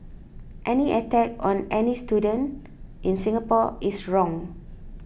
any attack on any student in Singapore is wrong